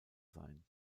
sein